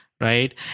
right